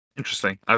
interesting